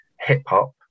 hip-hop